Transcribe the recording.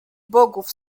bogów